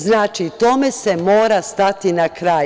Znači, tome se mora stati na kraj.